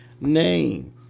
name